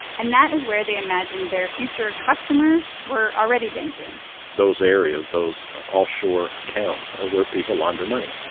and that is where they imagined their future customers were already banking those areas, those offshore accounts, are where people launder money.